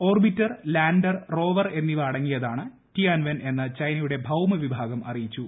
orbiter lander rover എന്നിവ അടങ്ങിയതാണ് Tianwen എന്ന് ചൈനയുടെ ഭൌമ വിഭാഗം അറിയിച്ചു